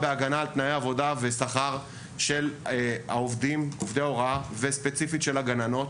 בהגנה על תנאי עבודה ושכר של עובדי ההוראה וספציפית של הגננות,